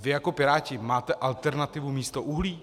Vy jako Piráti máte alternativu místo uhlí?